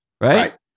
Right